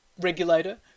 regulator